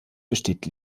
besteht